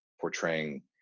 portraying